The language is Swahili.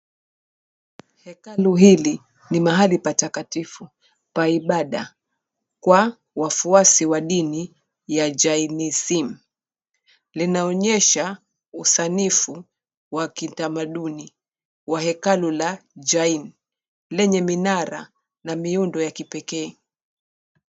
Hekalu hili ni mahali patakatifu pa ibada kwa wafuasi wa dini ya Jainisim . Linaonyesha usanifu wa kitamaduni wa hekalu la Jain lenye minara na miundo wa kipekee.